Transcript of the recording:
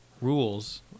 rules